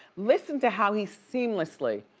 listen to how he seamlessly